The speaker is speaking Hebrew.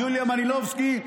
יוליה מלינובסקי,